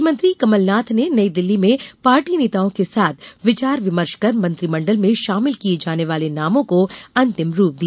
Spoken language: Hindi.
मुख्यमंत्री कमलनाथ ने नई दिल्ली में पार्टी नेताओं के साथ विचार विमर्श कर मंत्रिमंडल में शामिल किये जाने वाले नामों को अंतिम रूप दिया